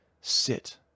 sit